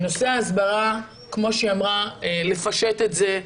נושא ההסברה, כמו שהיא אמרה, לפשט את זה.